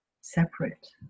separate